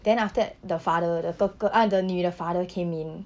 then after that the father the 哥哥 ah the 女的 father came in